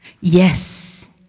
Yes